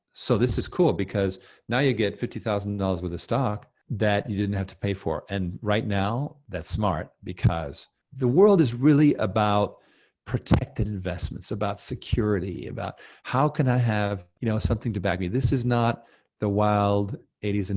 so this is cool because now you get fifty thousand dollars with a stock, that you didn't have to pay for, and right now, that's smart because the world is really about protecting investments, it's about security, about how can i have, you know, something to back me? this is not the wild eighty s and